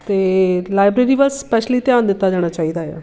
ਅਤੇ ਲਾਈਬ੍ਰੇਰੀ ਵੱਲ ਸਪੈਸ਼ਲੀ ਧਿਆਨ ਦਿੱਤਾ ਜਾਣਾ ਚਾਹੀਦਾ ਆ